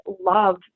love